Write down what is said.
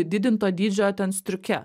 didinto dydžio ten striuke